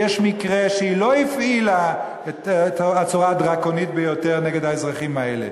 ויש מקרה שבו היא לא הפעילה את הצורה הדרקונית ביותר נגד האזרחים האלה.